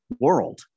world